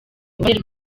uruhare